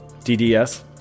DDS